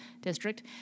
District